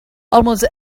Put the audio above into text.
almost